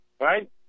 right